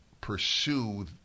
pursue